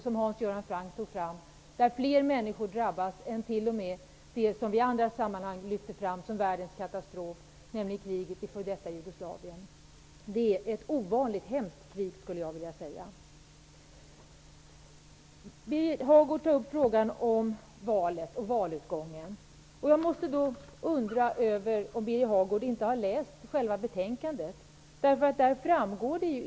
Där drabbas fler människor än i det som vi i andra sammanhang lyfter fram som världens katastrof, nämligen kriget i det före detta Jugoslavien. Det är ett ovanligt hemskt krig. Birger Hagård tar upp frågan om valet och valutgången. Jag undrar om Birger Hagård inte har läst själva betänkandet.